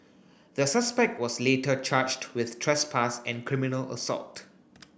the suspect was later charged with trespass and criminal assault